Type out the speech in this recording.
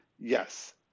Yes